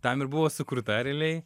tam ir buvo sukurta realiai